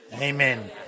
Amen